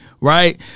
right